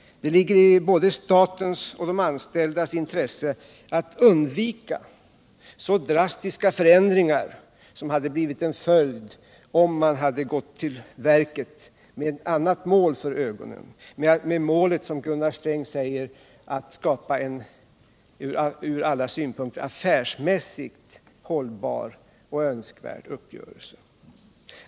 Det ligger i både statens och de anställdas intresse att undvika så drastiska förändringar som hade blivit följden om man hade gått till verket med ett annat mål för ögonen, med, som Gunnar Sträng sade, målet att skapa en ur alla synpunkter affärsmässigt hållbar och önskvärd uppgörelse.